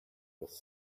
was